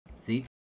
See